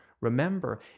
remember